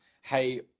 hey